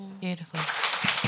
Beautiful